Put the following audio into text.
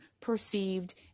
perceived